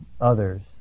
others